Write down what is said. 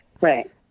Right